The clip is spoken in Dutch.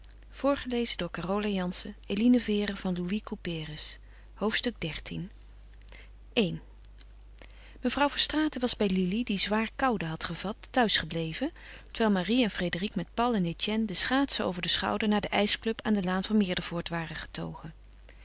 hoofdstuk xiii i mevrouw verstraeten was bij lili die zwaar koude had gevat thuis gebleven terwijl marie en frédérique met paul en etienne de schaatsen over den schouder naar de ijsclub aan de laan van meerdervoort waren getogen